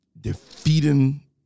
defeating